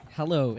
Hello